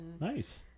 Nice